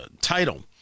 title